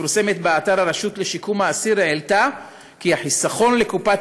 ומתפרסמת באתר הרשות לשיקום האסיר העלתה כי החיסכון לקופת